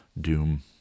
doom